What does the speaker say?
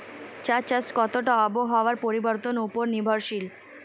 চা চাষ কতটা আবহাওয়ার পরিবর্তন উপর নির্ভরশীল?